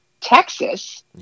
texas